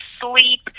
sleep